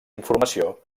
informació